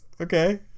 Okay